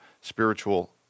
spiritual